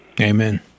Amen